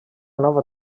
nova